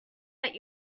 that